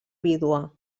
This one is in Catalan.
vídua